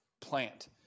plant